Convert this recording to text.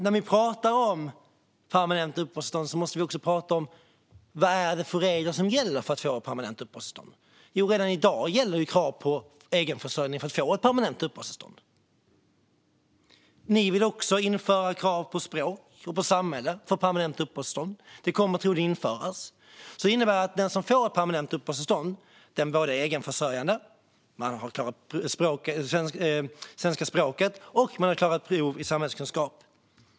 När vi pratar om permanent uppehållstillstånd måste vi också prata om vilka regler som gäller för att få det. Redan i dag ställs krav på egenförsörjning. Sverigedemokraterna vill också införa språkkrav och krav på samhällskunskap för permanent uppehållstillstånd, och det kommer troligen att införas. Det innebär att den som får permanent uppehållstillstånd måste ha egenförsörjning och ha klarat språkprov och prov i samhällskunskap.